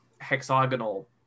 hexagonal